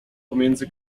pomiędzy